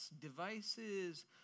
devices